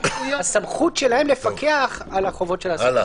הסמכות שלהם לפקח על החובות של העסקים.